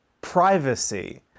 privacy